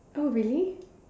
oh really